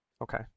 Okay